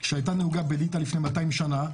מחוץ לגבולות המדינה.